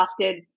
crafted